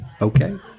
Okay